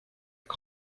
jak